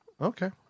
okay